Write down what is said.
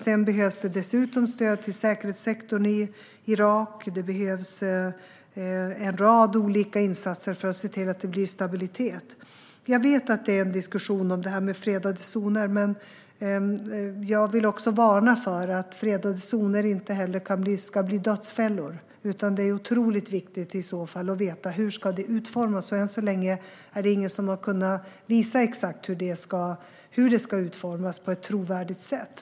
Sedan behövs dessutom stöd till säkerhetssektorn i Irak. Det behövs en rad olika insatser för att se till att det blir stabilitet i landet. Jag vet att det är en diskussion om det här med fredade zoner, men jag vill också varna för att fredade zoner kan bli dödsfällor. Det är otroligt viktigt att veta hur zonerna ska utformas, och än så länge har ingen på ett trovärdigt sätt kunnat visa exakt hur de ska utformas.